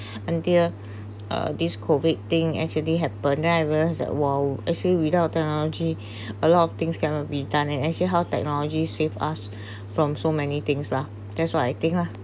until uh this COVID thing actually happen then I realize that !wow! actually without technology a lot of things cannot be done leh actually how technology saved us from so many things lah that's why I think ah